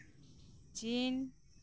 ᱪᱤᱱ